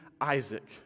Isaac